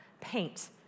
Paint